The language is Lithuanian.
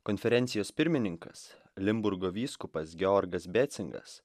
konferencijos pirmininkas limburgo vyskupas georgas becingas